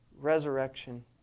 resurrection